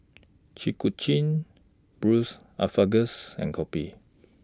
Chi Kak Kuih Braised Asparagus and Kopi